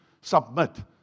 submit